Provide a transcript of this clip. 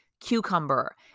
cucumber